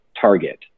Target